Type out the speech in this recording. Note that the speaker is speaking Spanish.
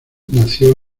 nació